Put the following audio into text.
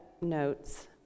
notes